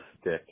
stick